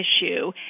issue